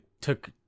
took